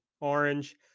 Orange